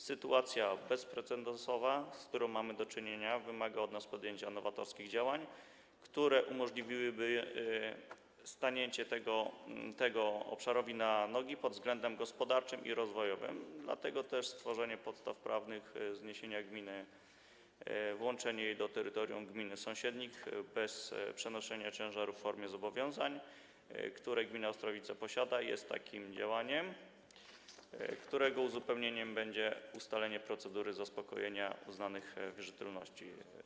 Sytuacja bezprecedensowa, z którą mamy do czynienia, wymaga od nas podjęcia nowatorskich działań, które umożliwiłyby temu obszarowi stanięcie na nogi pod względem gospodarczym i rozwojowym, dlatego też stworzenie podstaw prawnych zniesienia gminy, włączenie jej do terytorium gmin sąsiednich bez przenoszenia na nie ciężarów w formie zobowiązań, które gmina Ostrowice posiada, jest takim działaniem, którego uzupełnieniem będzie ustalenie procedury zaspokojenia uznanych wierzytelności.